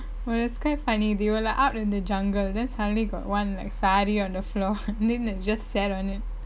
but it's quite funny they were like out in the jungle then suddenly got one like sari on the floor then like just sat on it